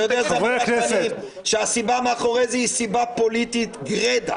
אתה יודע שהסיבה מאחורי זה היא סיבה פוליטית גרידא.